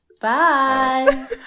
bye